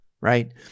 right